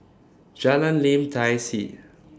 Jalan Lim Tai See